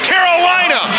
Carolina